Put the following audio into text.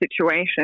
situation